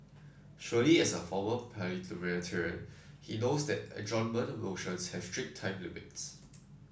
surely as a former parliamentarian he knows that adjournment motions have strict time limits